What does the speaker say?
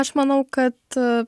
aš manau kad